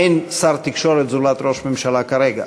אין שר תקשורת זולת ראש הממשלה כרגע.